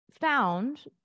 found